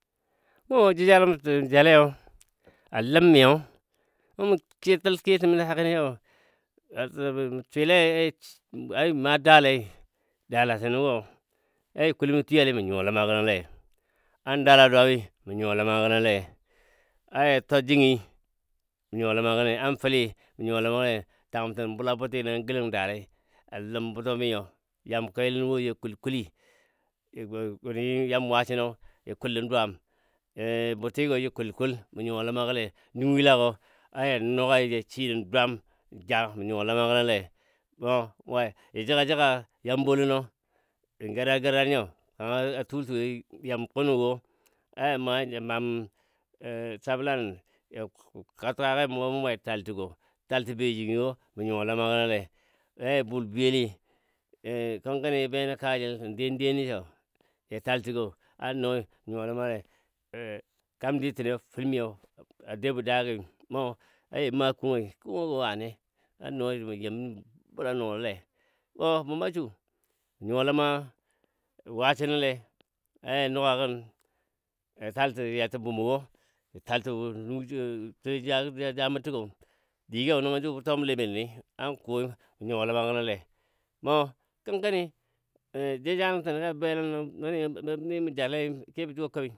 wo jəjaləni mɔ tə mɔ jale yo a ləmiyo, nəngɔ mən kiyo təl kiyo təmɔ dakəni so mɔ swile a ja sh a a jə maa dalai dalatənɔ wo, a ja kul mi twiyeli mən nyuwa ləma gənɔ le, an dala dwami mən nyuwa ləma gənɔ le, a ja twa jingi mən nyuwa ləma gənɔ le, an fəli mən nyuwa ləma gənɔ le, tangəmtən bula buti nəngɔ gəlan dalai a ləm buto mi nyo, yam kelən wo ja kul kuli wuni yam wasino ja kul nən dwam buti gɔ ja kul kul mən nyuwa ləma gəle, nuyila gɔ a ja nuga ja shi nən dwam nja mən nyuwa ləma gənɔ le, o we ja jəgajəga yam bolunnɔ nən garargarar nyo kangə a tuul tuuli yam kunnɔ wo a ja mai ja mam sabla nən ya ka təgagɔ ja mubu mubai ja taltəgɔ taltə be jingi wo mən nyuwa ləma gənɔ le, a ya bul biyeli kənkəni ja benən kajəl nən dneden nyo so, ja tal təgɔ an nɔi mən nyuwa ləma le kam ditəniyo fəlmi yo a dabɔ dagɔi, mɔ a ja maa kungɔi, kungɔ gɔ wane an nɔi mə yim bula nungulɔle, ɔ a buma suu nyuwa ləma wasino le a ja nuga gən ja tal tən yatən bumo wo, taltən nujə sulijagɔ jamɔtəgɔ digɔ nəngɔ jubətwabəmle a dalənni an kɔi mən nyuwa ləma gənɔ le, mɔ kənkəni jəjaləntəni ja benəm nən məndi mim mimən jale a komi bɔ.